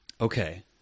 Okay